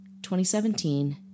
2017